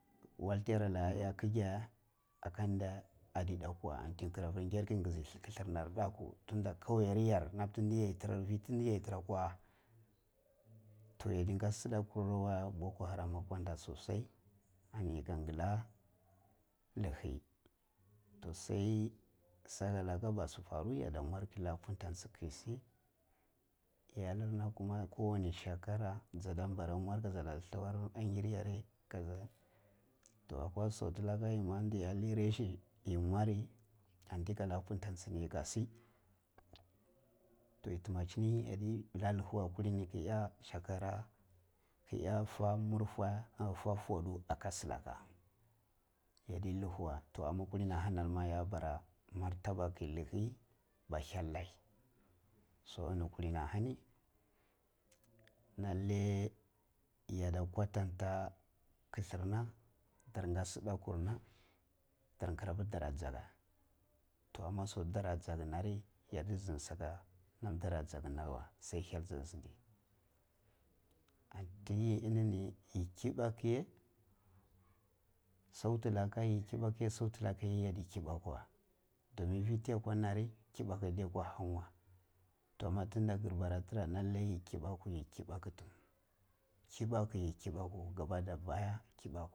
Wal ti yara kigeh aka nde adi ndaku an ti kira pir gyar ke nizi klathar nar ndaku tunda kauye yarn am tini yai fi tini yai tira akwa toh yaddi nga sidakurarwe boko haram akwanda sosai ani yika ngilla lihi toh sai sala hakama shi faru yadda mwari ke likka puntah tsi ke si yallir na ma kama kowani shekara jada nbara mwari kaga hlawar angir yare kaja toh akwa soti laka yima di iya nai rashi yi mwari anti kala mwar punta tshe ni yi ka sit oh yi timachini yadda lihi we kullini ki iya shakara ki iya fa murfwe fordas aka shilaka yadi lihi wei toh amma kullini ahhani ma ya bara mwar taba ke lihhi ma hyel lai so inni kulinni ahani lalle yadda kwatanta killer na dar ga tsidakur na dar ngirra pir dara ga tsidakur na dar ngirra pir dara jegga toh amma saka ti dara jegga ri yadi zin saka nam dirra jagga nar we sai hyal zan zindi an ti yi inini yi kibaku ye sauti laka yi ki baku soti laka yai kibaku weh domin fi ti yakwa nari kibaku ade kwa han we toh amma tun da kir bara tiri lalle yi kibaku yi kibaku tumi kibaki yi kibaku.